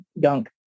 gunk